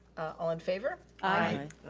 all in favor? aye.